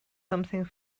something